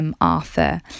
Arthur